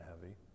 heavy